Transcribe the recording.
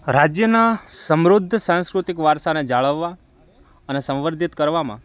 રાજ્યના સમૃદ્ધ સાંસ્કૃતિક વારસાને જાળવવા અને સંવર્ધિત કરવામાં